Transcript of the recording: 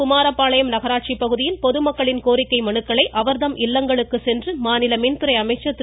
தங்கமணி நாமக்கல் மாவட்டம் குமாரபாளையம் நகராட்சி பகுதியில் பொதுமக்களின் கோரிக்கை மனுக்களை அவர் தம் இல்லங்களுக்கு சென்று மாநில மின்துறை அமைச்சர் திரு